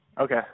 Okay